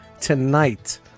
tonight